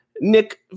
Nick